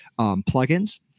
plugins